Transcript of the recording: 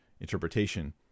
interpretation